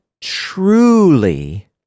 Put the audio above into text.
truly